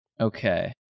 Okay